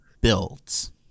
builds